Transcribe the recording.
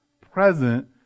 present